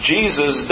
Jesus